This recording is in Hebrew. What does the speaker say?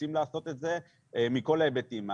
רוצים לעשות את זה מכל ההיבטים.